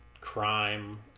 crime